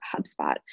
HubSpot